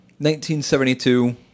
1972